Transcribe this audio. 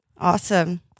Awesome